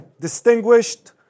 distinguished